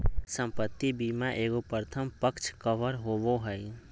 संपत्ति बीमा एगो प्रथम पक्ष कवर होबो हइ